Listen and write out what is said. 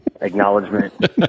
acknowledgement